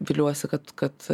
viliuosi kad kad